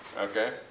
Okay